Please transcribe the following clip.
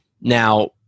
Now